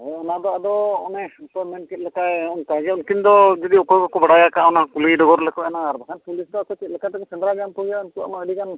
ᱦᱳᱭ ᱚᱱᱟ ᱫᱚ ᱟᱫᱚ ᱚᱱᱮ ᱱᱤᱛᱳᱜ ᱢᱮᱱ ᱠᱮᱜ ᱞᱮᱠᱟᱭ ᱚᱱᱠᱟᱜᱮ ᱩᱱᱠᱤᱱ ᱫᱚ ᱡᱩᱫᱤ ᱚᱠᱚᱭ ᱦᱚᱸ ᱵᱟᱠᱚ ᱵᱟᱲᱟᱭ ᱟᱠᱟᱜᱼᱟ ᱚᱱᱟ ᱠᱩᱞᱤ ᱰᱚᱜᱚᱨ ᱞᱮᱠᱚ ᱮᱱᱟᱜ ᱟᱨ ᱵᱟᱠᱷᱟᱱ ᱯᱩᱞᱤᱥ ᱫᱚ ᱟᱠᱚ ᱪᱮᱫᱞᱮᱠᱟ ᱛᱮᱠᱚ ᱥᱮᱸᱫᱽᱨᱟ ᱧᱟᱢ ᱠᱚᱜᱮᱭᱟ ᱩᱱᱠᱩᱣᱟᱜ ᱢᱟ ᱟᱹᱰᱤ ᱜᱟᱱ